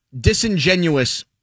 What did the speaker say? disingenuous